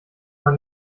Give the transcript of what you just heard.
man